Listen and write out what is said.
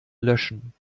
löschen